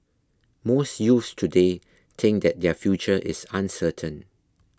most youths today think that their future is uncertain